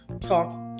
talk